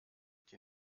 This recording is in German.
die